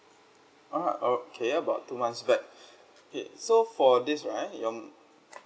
ah o~ K about two months back okay so for this right your um